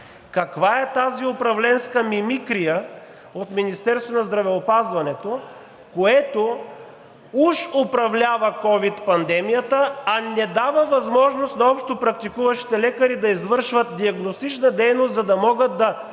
Каква е тази управленска мимикрия от Министерството на здравеопазването, което уж управлява ковид пандемията, а не дава възможност на общопрактикуващите лекари да извършват диагностична дейност, за да могат да